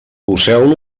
poseu